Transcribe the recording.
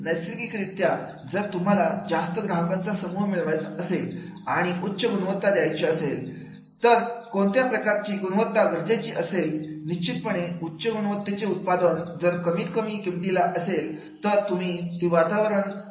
नैसर्गिक रित्या जर तुम्हाला जास्त ग्राहकांचा समूह मिळवायचा असेल आणि उच्च गुणवत्ता द्यायचे असेलकधी कोणत्या प्रकारची गुणवत्ता गरजेची असेल निश्चितपणे उच्च गुणवत्तेचे उत्पादन जर कमी किमतीत असेलतर तुम्हाला ती वातावरण असणे गरजेचे असते